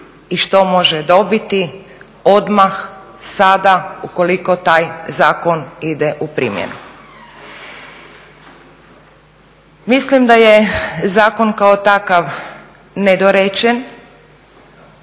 i što može dobiti odmah, sada ukoliko taj zakon ide u primjenu. Mislim da je zakon kao takav nedorečen,